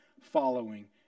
following